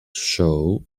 show